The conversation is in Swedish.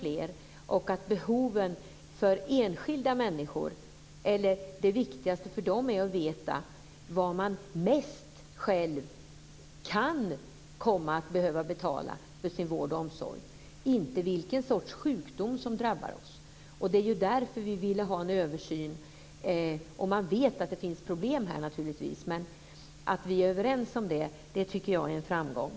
Det viktigaste att veta för enskilda människor är vad de själva som mest kan komma att behöva betala för den egna vården och omsorgen, inte vilken sorts sjukdom som kan komma att drabba dem. Det är därför som vi vill ha en översyn. Vi vet naturligtvis att det här finns problem, men jag tycker att det är en framgång att vi är överens på denna punkt.